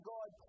God